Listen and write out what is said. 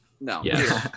No